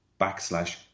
backslash